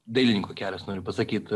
dailininko kelias noriu pasakyt